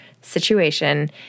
situation